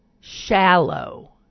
shallow